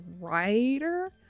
writer